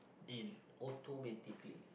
in automatically